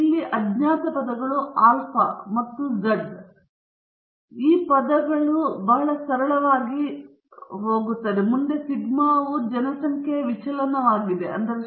ಮತ್ತು ಇಲ್ಲಿ ಅಜ್ಞಾತ ಪದಗಳು ಆಲ್ಫಾ ಮತ್ತು ಝ ಆಲ್ಫಾ 2 ಪದಗಳ ಮೂಲಕ ಬಹಳ ಸರಳವಾಗಿ ಮುಂದಕ್ಕೆ ಸಿಗ್ಮಾ ಜನಸಂಖ್ಯೆಯ ವಿಚಲನವಾಗಿದೆ ಮತ್ತು x ಬಾರ್ನಲ್ಲಿ ಮಾದರಿ ಗಾತ್ರವು ಮಾದರಿ ಅರ್ಥವಾಗಿದೆ